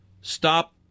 Stop